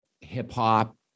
hip-hop